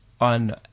on